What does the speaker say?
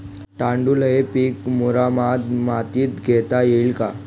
तांदूळ हे पीक मुरमाड मातीत घेता येईल का?